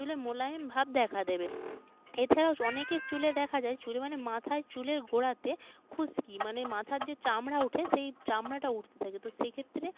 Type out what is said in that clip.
চুলে মোলায়েম ভাব দেখা দেবে এছাড়াও স অনেকের চুলে দেখা যায় চুলে মানে মাথায় চুলের গোঁড়াতে খুসকি মানে মাথার যে চামড়া ওঠে সেই চামড়াটা উঠতে থাকে তো সেই ক্ষেত্রে